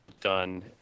done